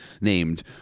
named